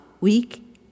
week